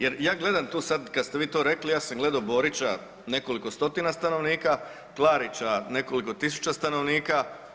Jer ja gledam tu sada kada ste vi to rekli ja sam gledao Borića nekoliko stotina stanovnika, Klarića nekoliko tisuća stanovnika.